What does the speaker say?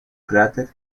cráter